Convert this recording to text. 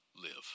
Live